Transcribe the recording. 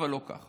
אבל לא ככה.